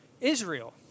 Israel